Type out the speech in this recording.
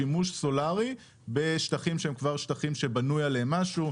שימוש סולארי בשטחים שהם כבר שטחים שבנוי עליהם משהו,